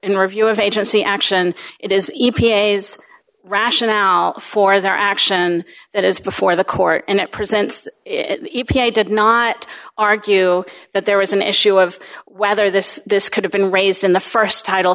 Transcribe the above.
review of agency action it is rationale for their action that is before the court and it presents e p a did not argue that there was an issue of whether this this could have been raised in the st title